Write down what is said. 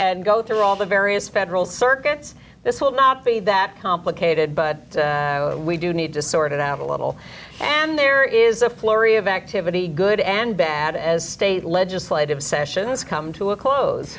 and go through all the various federal circuits this will not be that complicated but we do need to sort it out a little and there is a flurry of activity good and bad as state legislative sessions come to a close